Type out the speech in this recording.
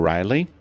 Riley